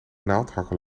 naaldhakken